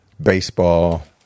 baseball